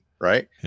right